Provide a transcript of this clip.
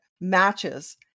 matches